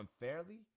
unfairly